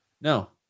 No